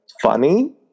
funny